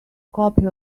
copy